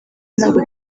ntabwo